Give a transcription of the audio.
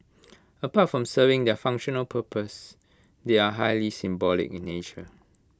apart from serving their functional purpose they are highly symbolic in nature